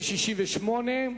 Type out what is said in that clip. התשס"ט 2009,